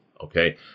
Okay